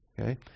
Okay